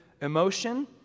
emotion